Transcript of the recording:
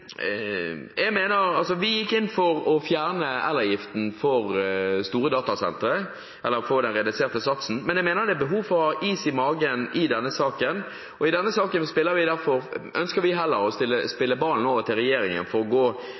Vi gikk inn for redusert sats i elavgiften for store datasentre, men jeg mener det er behov for å ha is i magen i denne saken. I denne saken ønsker vi derfor heller å spille ballen over til regjeringen, sånn at de kan gjennomføre en grundig utredning for å